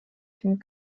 dem